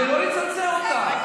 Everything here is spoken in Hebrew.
ולא לצנזר אותה.